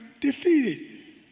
defeated